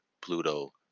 Pluto